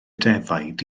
defaid